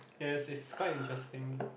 yes it's quite interesting